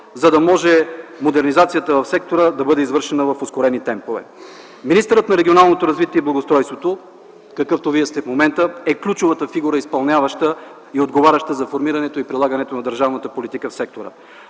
за да може модернизацията в сектора да бъде извършена в ускорени темпове. Министърът на регионалното развитие и благоустройството – какъвто Вие сте в момента, е ключовата фигура, изпълняваща и отговаряща за формирането и прилагането на държавната политика в сектора.